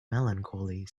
melancholy